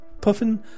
Puffin